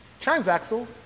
transaxle